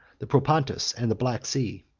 the propontis, and the black sea.